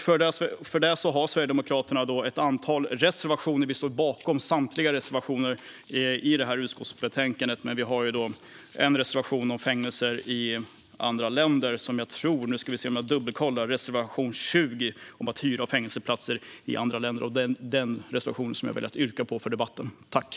För detta har Sverigedemokraterna ett antal reservationer. Vi står bakom samtliga reservationer i detta utskottsbetänkande, men vi har en reservation om fängelser i andra länder - reservation 20 om att hyra fängelseplatser i andra länder - som jag yrkar bifall till.